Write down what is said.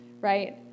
Right